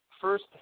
first